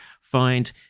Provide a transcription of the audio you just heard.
find